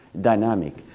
dynamic